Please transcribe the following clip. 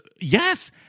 Yes